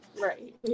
Right